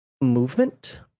movement